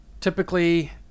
Typically